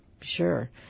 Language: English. Sure